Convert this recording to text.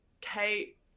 Kate